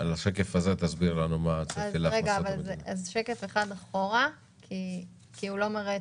נלך לשקף 29 כי שקף 30 לא מראה את